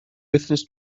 wythnos